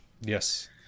Yes